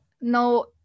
no